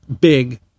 big